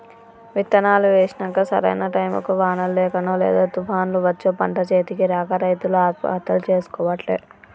విత్తనాలు వేశినంక సరైన టైముకు వానలు లేకనో లేదా తుపాన్లు వచ్చో పంట చేతికి రాక రైతులు ఆత్మహత్యలు చేసికోబట్టే